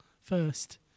first